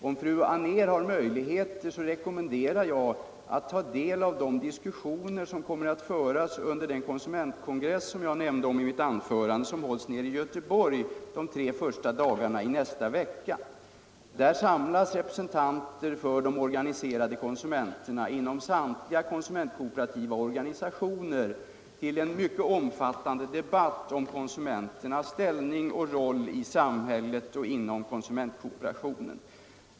Om fru Anér har möjligheter, rekommenderar jag henne att ta del av de diskussioner som kommer att föras under den konsumentkongress jag nämnde i mitt anförande, som hålls i Göteborg de tre första dagarna i nästa vecka. Där samlas representanter för de organiserade konsumenterna inom samtliga konsumentkooperativa organisationer till en mycket omfattande debatt om konsumenternas ställning och roll i samhället och inom konsumentkooperationen.